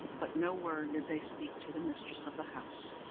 but no word did they speak to the mistress of the house.